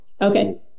Okay